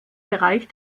bereich